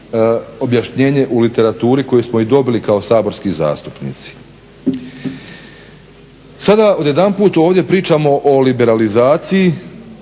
objašnjenje u literaturi koju smo i dobili kao saborski zastupnici. Sada odjedanput ovdje pričamo o liberalizaciji,